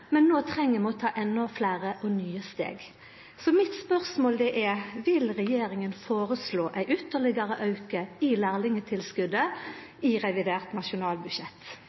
men no treng vi å ta endå fleire og nye steg. Mitt spørsmål er: Vil regjeringa føreslå ytterlegare ein auke i lærlingtilskotet i revidert nasjonalbudsjett?